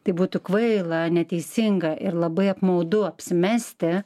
tai būtų kvaila neteisinga ir labai apmaudu apsimesti